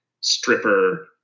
stripper